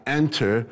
enter